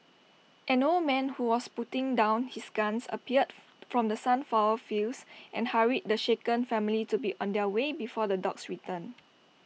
an old man who was putting down his gun appeared from the sunflower fields and hurried the shaken family to be on their way before the dogs return